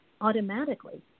automatically